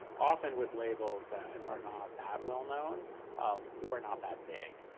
often with labels that are not that well-known um or not that big.